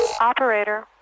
Operator